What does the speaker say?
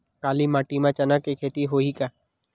काली माटी म चना के खेती होही का?